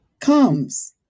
comes